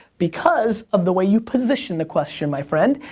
because of the way you position the question, my friend.